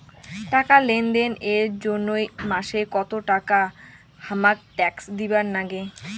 টাকা লেনদেন এর জইন্যে মাসে কত টাকা হামাক ট্যাক্স দিবার নাগে?